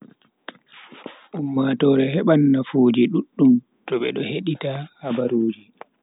Ummatoore heban nufaji duddum to be hedita habaruuji.